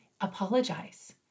apologize